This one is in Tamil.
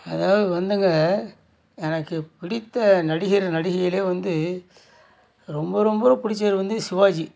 அதாவது வந்துங்க எனக்கு பிடித்த நடிகர் நடிகையிலே வந்து ரொம்ப ரொம்ப பிடித்தவர் வந்து சிவாஜி